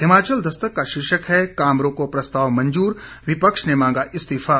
हिमाचल दस्तक का शीर्षक है काम रोको प्रस्ताव मंजूर विपक्ष ने मांगा इस्तीफा